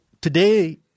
today